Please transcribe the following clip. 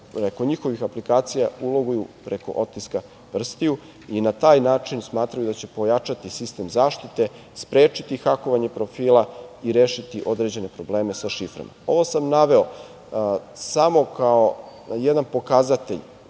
nakon njihovih aplikacija, uloguju preko otiska prstiju i na taj način smatraju da će pojačati sistem zaštite, sprečiti hakovanje profila i rešiti određene probleme sa šiframa. Ovo sam naveo samo kao jedan pokazatelj